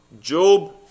Job